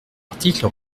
article